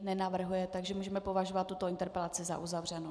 Nenavrhuje, takže můžeme považovat tuto interpelaci za uzavřenou.